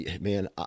man